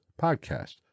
podcast